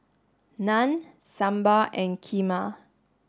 Naan Sambar and Kheema